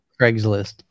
Craigslist